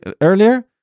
earlier